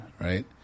right